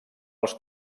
els